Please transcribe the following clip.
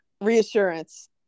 Reassurance